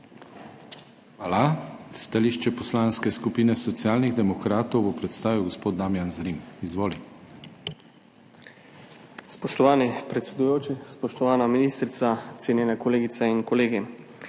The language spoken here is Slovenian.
Hvala. Stališče Poslanske skupine Socialnih demokratov bo predstavil gospod Damijan Zrim. Izvoli. DAMIJAN ZRIM (PS SD): Spoštovani predsedujoči, spoštovana ministrica, cenjene kolegice in kolegi.